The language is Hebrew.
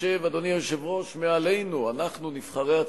שיושב מעלינו, ואנחנו נבחרי הציבור,